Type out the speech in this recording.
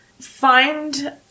find